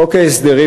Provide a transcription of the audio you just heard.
חוק ההסדרים,